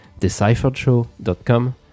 decipheredshow.com